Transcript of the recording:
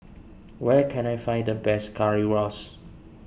where can I find the best Currywurst